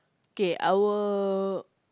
K I will